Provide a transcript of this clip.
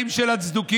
כל הכבוד לכם.